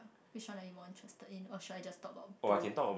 which one are you more interested in or should I just talk about both